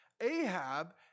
Ahab